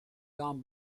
dame